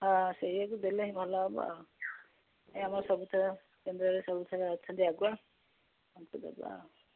ହଁ ସେଇଆକୁ ଦେଲେ ହିଁ ଭଲ ହେବ ଆଉ ଆମ ସବୁଥର କେନ୍ଦ୍ରରେ ସବୁଥର ଅଛନ୍ତି ଆଗୁଆ ତାଙ୍କୁ ଦେବା ଆଉ